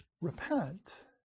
repent